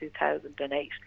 2008